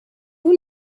who